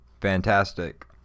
fantastic